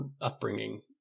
upbringing